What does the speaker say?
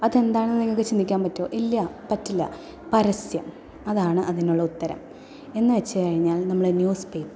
അതെന്നതാണെന്ന് നിങ്ങൾക്ക് ചിന്തിക്കാൻ പറ്റുമോ ഇല്ല പറ്റില്ല പരസ്യം അതാണ് അതിനുള്ള ഉത്തരം എന്നു വെച്ചു കഴിഞ്ഞാൽ നമ്മുടെ ന്യൂസ് പേപ്പർ